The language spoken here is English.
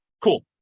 Cool